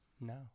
no